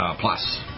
Plus